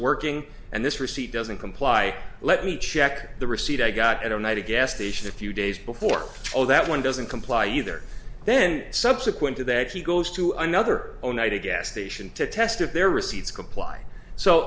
working and this receipt doesn't comply let me check the receipt i got it on a gas station a few days before oh that one doesn't comply either then subsequent to that he goes to another oneida gas station to test if their receipts comply so